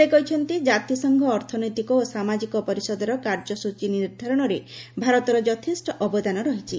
ସେ କହିଛନ୍ତି ଜାତିସଂଘ ଅର୍ଥନୈତିକ ଓ ସାମାଜିକ ପରିଷଦର କାର୍ଯ୍ୟସୂଚୀ ନିର୍ଦ୍ଧାରଣରେ ଭାରତର ଯଥେଷ୍ଟ ଅବଦାନ ରହିଛି